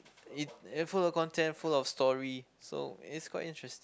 it and full of content full of story so it's quite interesting